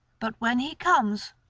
but when he comes,